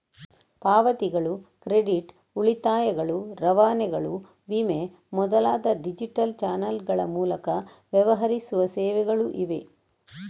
ಪಾವತಿಗಳು, ಕ್ರೆಡಿಟ್, ಉಳಿತಾಯಗಳು, ರವಾನೆಗಳು, ವಿಮೆ ಮೊದಲಾದ ಡಿಜಿಟಲ್ ಚಾನಲ್ಗಳ ಮೂಲಕ ವ್ಯವಹರಿಸುವ ಸೇವೆಗಳು ಇವೆ